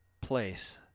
place